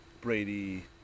Brady